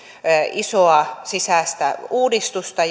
isoa sisäistä uudistusta